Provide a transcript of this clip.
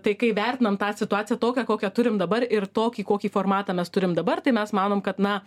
tai kaip vertinam tą situaciją tokią kokią turim dabar ir tokį kokį formatą mes turim dabar tai mes manom kad na